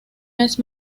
mes